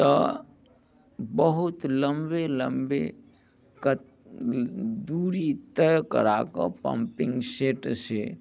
तऽ बहुत लम्बे लम्बे दूरी तय कराकऽ पम्पिङ्ग सेट से